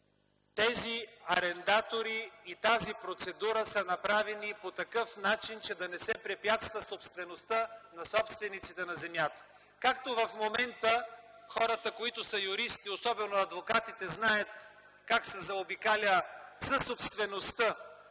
тези арендатори и тази процедура са направени по такъв начин, че да не се препятства собствеността на собствениците на земята. Както в момента – хората, които са юристи, и особено адвокатите, знаят как се заобикаля съсобствеността,